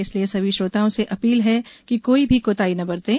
इसलिए सभी श्रोताओं से अपील है कि कोई भी कोताही न बरतें